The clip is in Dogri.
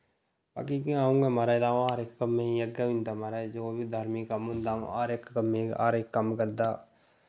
बाकी जियां आऊं आं महाराज ते आऊं हर इक कम्मै अग्गे होई जंदा महाराज जो बी धार्मिक कम्म होंदा आऊं हर इक कम्मै हर इक कम्म करदा